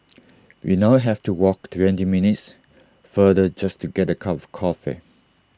we now have to walk twenty minutes farther just to get A cup of coffee